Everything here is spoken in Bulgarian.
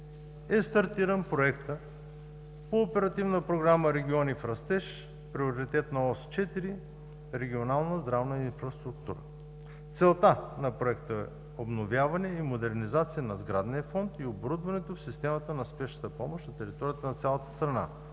е стартиран проектът по Оперативна програма „Региони в растеж“, приоритет на Ос 4 „Регионална здравна инфраструктура“. Целта на проекта – обновяване и модернизация на сградния фонд и оборудването в системата на спешната помощ на територията на цялата страна.